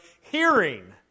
hearing